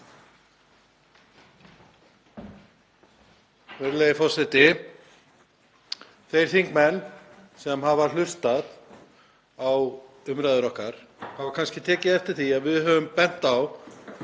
Virðulegi forseti. Þeir þingmenn sem hafa hlustað á umræður okkar hafa kannski tekið eftir því að við höfum bent á